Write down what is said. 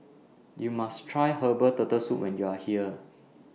YOU must Try Herbal Turtle Soup when YOU Are here